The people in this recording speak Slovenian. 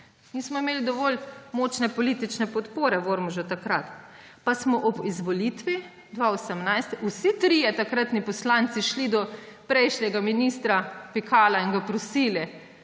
nismo imeli dovolj močne politične podpore v Ormožu. Pa smo ob izvolitvi 2018 vsi trije takratni poslanci šli do prejšnjega ministra Pikala in ga prosili,